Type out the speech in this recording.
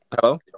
hello